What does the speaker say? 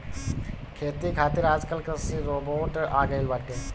खेती खातिर आजकल कृषि रोबोट आ गइल बाटे